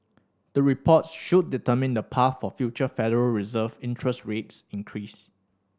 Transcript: the reports should determine the path for future Federal Reserve interest rates increase